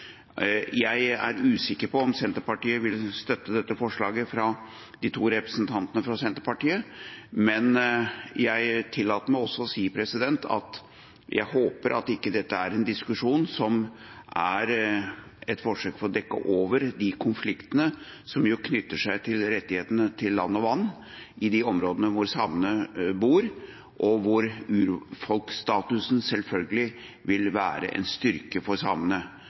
Jeg er usikker på om Senterpartiet vil støtte forslag 37, fra de to representantene fra Senterpartiet. Jeg tillater meg også å si at jeg håper at ikke denne diskusjonen er et forsøk på å dekke over de konfliktene som knytter seg til rettighetene til land og vann i de områdene hvor samene bor, og hvor urfolkstatusen selvfølgelig vil være en styrke for samene.